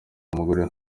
mugore